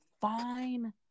fine